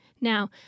Now